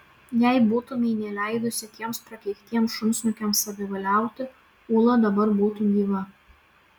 jei būtumei neleidusi tiems prakeiktiems šunsnukiams savivaliauti ūla dabar būtų gyva